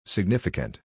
Significant